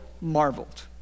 marveled